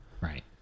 right